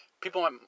people